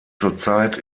zurzeit